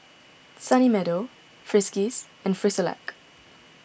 Sunny Meadow Friskies and Frisolac